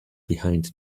behind